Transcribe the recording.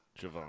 Javon